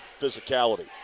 physicality